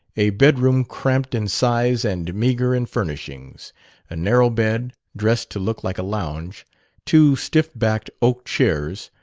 a bedroom cramped in size and meagre in furnishings a narrow bed, dressed to look like a lounge two stiff-backed oak chairs,